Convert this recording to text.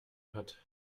hat